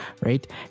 right